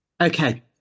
Okay